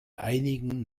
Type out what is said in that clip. einigen